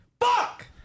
Fuck